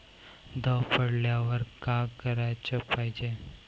दव पडल्यावर का कराच पायजे?